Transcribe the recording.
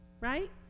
right